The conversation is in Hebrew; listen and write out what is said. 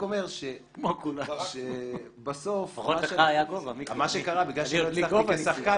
בגלל שלא הצלחתי כשחקן,